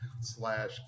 slash